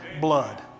blood